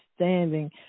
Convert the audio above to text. understanding